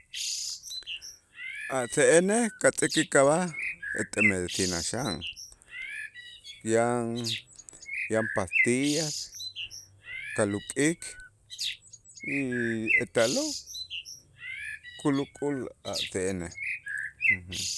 A' se'enej katz'äkik ab'aj ete medicina xan, yan yan pastillas kaluk'ik y ete a'lo' kulukul a' se'enej.